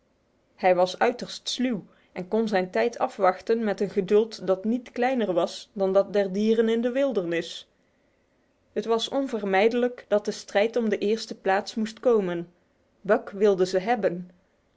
hij was uiterst sluw en kon zijn tijd afwachten met een geduld dat niet kleiner was dan dat der dieren in de wildernis het was onvermijdelijk dat de strijd om de eerste plaats moest komen buck wilde ze hebben